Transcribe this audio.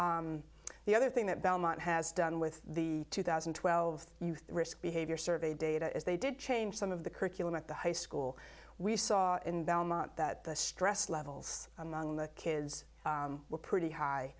yeah the other thing that belmont has done with the two thousand and twelve youth risk behavior survey data is they did change some of the curriculum at the high school we saw in belmont that the stress levels among the kids were pretty high